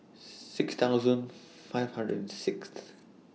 six thousand five hundred and Sixth